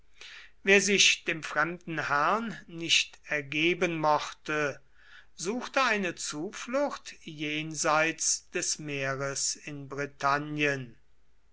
wer sich dem fremden herrn nicht ergeben mochte suchte eine zuflucht jenseits des meeres in britannien